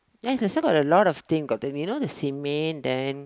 then there's still got a lot of thing got the you know cement then